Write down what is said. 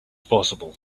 possible